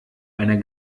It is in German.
einer